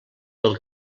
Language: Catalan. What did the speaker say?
del